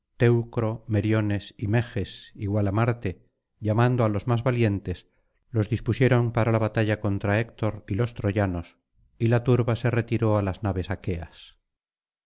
meriones y meges igual á marte llamando á los más valientes los dispusieron para la batalla contra héctor y los troyanos y la turba se retiró á las naves aqueas